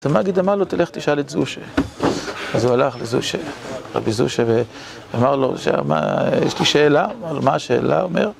אז מגיד אמר לו תלך תשאל את זושה אז הוא הלך לזושה רבי זושה ואמר לו יש לי שאלה על מה השאלה אומר